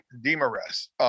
Demarest